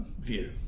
view